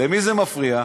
למי זה מפריע?